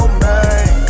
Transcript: man